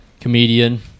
comedian